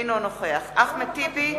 אינו נוכח אחמד טיבי,